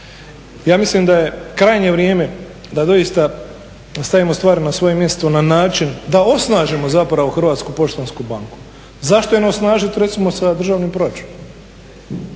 Ja mislim da je krajnje vrijeme da doista stavimo stvari na svoje mjesto na način da osnažimo zapravo Hrvatsku poštansku banku. Zašto je ne osnažit recimo sa državnim proračunom,